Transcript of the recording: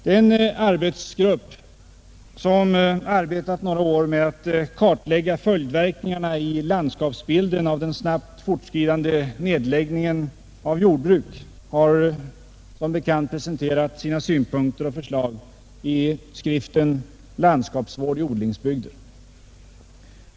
Den arbetsgrupp som arbetat några år med att kartlägga följdverkningarna i landskapsbilden av den snabbt fortskridande nedläggningen av jordbruk har som bekant presenterat sina synpunkter och förslag i skriften »Landskapsvård i odlingsbygden.